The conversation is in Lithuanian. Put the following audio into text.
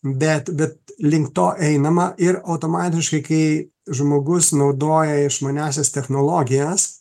bet bet link to einama ir automatiškai kai žmogus naudoja išmaniąsias technologijas